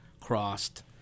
crossed